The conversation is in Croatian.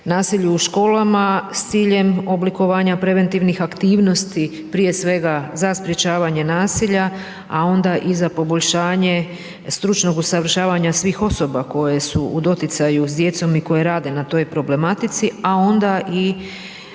nasilju u školama, s ciljem oblikovanja preventivnih aktivnosti, prije svega za sprječavanje nasilja, a onda i za poboljšanje, stočnog usavršavanja svih osoba, koje su u doticaju s djecom i koje rade na toj problematici, a onda i